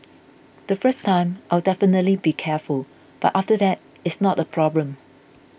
the first time I'll definitely be careful but after that it's not a problem